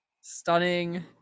stunning